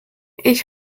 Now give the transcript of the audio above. ich